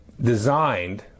designed